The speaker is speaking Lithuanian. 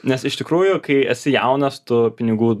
nes iš tikrųjų kai esi jaunas tu pinigų